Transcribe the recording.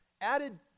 Added